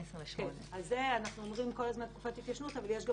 אז אנחנו אומרים כל הזמן "תקופת התיישנות",